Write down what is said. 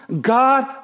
God